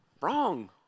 Wrong